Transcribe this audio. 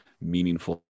meaningful